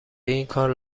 اینکار